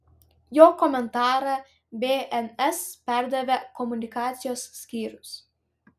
jo komentarą bns perdavė komunikacijos skyrius